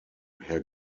herr